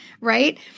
right